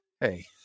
hey